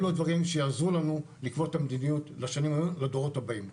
אלו הדברים שיעזרו לנו לקבוע את המדיניות לדורות הבאים.